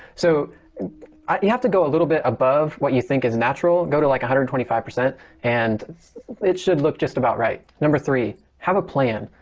so you have to go a little bit above what you think is natural. go to like a hundred twenty five percent and it should look just about. right. number three, have a plan.